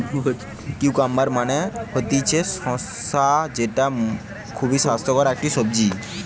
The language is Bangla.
কিউকাম্বার মানে হতিছে শসা যেটা খুবই স্বাস্থ্যকর একটি সবজি